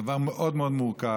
זה דבר מאוד מאוד מורכב.